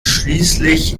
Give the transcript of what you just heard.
schließlich